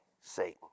Satan